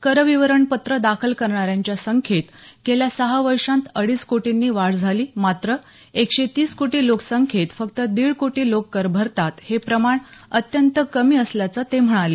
कर विवरणपत्र दाखल करणाऱ्यांच्या संख्येत गेल्या सहा वर्षांत अडीच कोटींनी वाढ झाली मात्र एकशे तीस कोटी लोकसंख्येत फक्त दीड कोटी लोक कर भरतात हे प्रमाण अत्यंत कमी असल्याचं ते म्हणाले